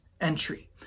entry